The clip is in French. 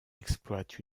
exploite